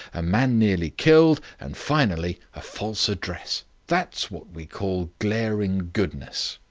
a man nearly killed, and, finally, a false address. that's what we call glaring goodness.